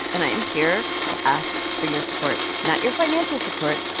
and i am here to ask for your support not your financial support.